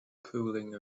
cooling